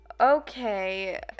Okay